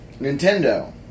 Nintendo